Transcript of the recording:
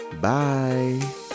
Bye